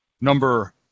Number